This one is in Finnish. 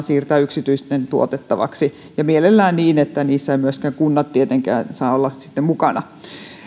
siirtää yksityisten tuotettavaksi ja mielellään niin että niissä eivät myöskään kunnat saa olla sitten mukana